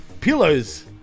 pillows